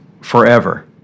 forever